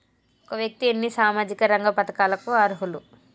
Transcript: ఒక వ్యక్తి ఎన్ని సామాజిక రంగ పథకాలకు అర్హులు?